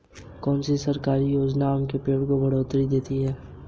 कौन सी सरकारी योजना खेतों के पानी की लागत को पूरा करेगी?